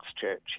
Church